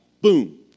boom